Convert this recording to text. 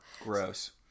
Gross